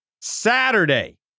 Saturday